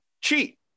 cheat